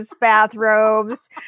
bathrobes